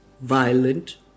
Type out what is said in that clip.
violent